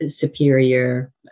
superior